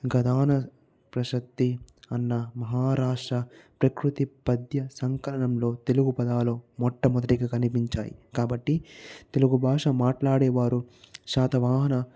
గదాన ప్రసక్తి అన్న మహారాష్ట్ర ప్రకృతి పద్య సంకలనంలో తెలుగు పదాలు మొట్టమొదటిగా కనిపించాయి కాబట్టి తెలుగు భాష మాట్లాడే వారు శాతవాహన